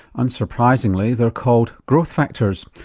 unsurprisingly they're called growth factors.